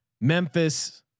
Memphis